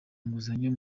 inguzanyo